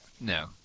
No